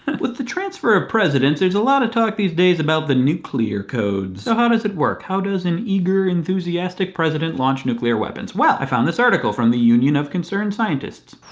with the transfer of president, there's a lot of talk, these days about the nuclear codes. so, how does it work? how does an eager, enthusiastic president launch nuclear weapons? well, i found this article from the union of concerned scientists.